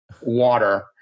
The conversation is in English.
Water